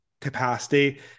capacity